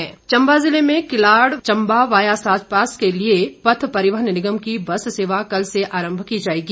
बस सेवा चंबा ज़िले में किलाड़ चंबा वाया साचपास के लिए पथ परिवहन निगम की बस सेवा कल से आरम्म की जाएगी